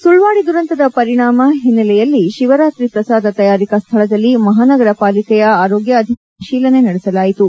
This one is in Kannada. ಸುಳ್ವಾಡಿ ದುರಂತದ ಪರಿಣಾಮ ಹಿನ್ನೆಲೆಯಲ್ಲಿ ಶಿವರಾತ್ರಿ ಪ್ರಸಾದ ತಯಾರಿಕಾ ಸ್ದಳದಲ್ಲಿ ಮಹಾನಗರ ಪಾಲಿಕೆಯ ಆರೋಗ್ಯ ಅಧಿಕಾರಿಗಳಿಂದ ಪರಿಶೀಲನೆ ನಡೆಸಲಾಯಿತು